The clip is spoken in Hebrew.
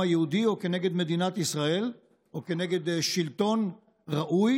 היהודי או כנגד מדינת ישראל או כנגד שלטון ראוי,